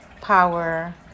power